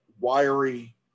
wiry